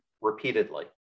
repeatedly